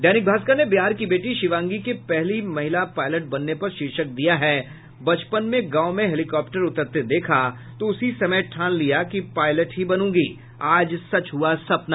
दैनिक भास्कर ने बिहार की बेटी शिवांगी के पहली महिला पायलट बनने पर शीर्षक दिया है बचपन में गांव में हेलिकॉप्टर उतरते देखा तो उसी समय ठान लिया कि पायलट ही बनूंगी आज सच हुआ सपना